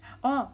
oh